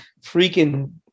freaking